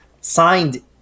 Signed